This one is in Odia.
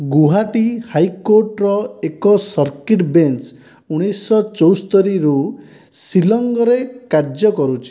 ଗୁଆହାଟୀ ହାଇକୋର୍ଟର ଏକ ସର୍କିଟ୍ ବେଞ୍ଚ ଉଣେଇଶହ ଚଉସ୍ତରିରୁ ଶିଲଙ୍ଗରେ କାର୍ଯ୍ୟ କରୁଛି